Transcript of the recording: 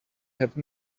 have